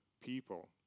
people